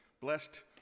blessed